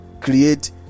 create